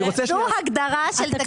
זו הגדרה של תקציב על תנאי.